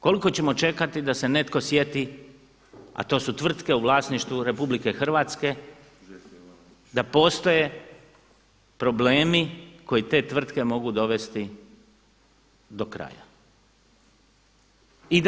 Koliko ćemo čekati da se netko sjeti a to su tvrtke u vlasništvu RH da postoje problemi koji te tvrtke mogu dovesti do kraja.